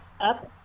up